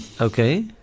Okay